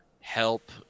help